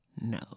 no